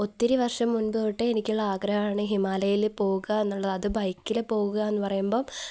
ഒത്തിരി വർഷം മുൻപുതൊട്ടേ എനിക്കുള്ള ആഗ്രഹമാണ് ഹിമാലയയില് പോവുക എന്നുള്ളത് അത് ബൈക്കില് പോവുകയെന്നു പറയുമ്പോള്